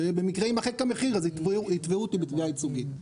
במקרה יימחק המחיר ויתבעו אותי בתביעה ייצוגית.